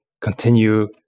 continue